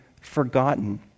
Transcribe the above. forgotten